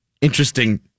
interesting